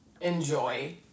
enjoy